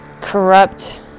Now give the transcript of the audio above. corrupt